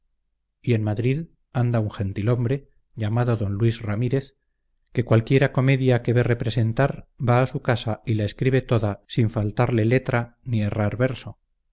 y en madrid anda un gentil hombre llamado d luis ramírez que cualquiera comedia que ve representar va a su casa y la escribe toda sin faltarle letra ni errar verso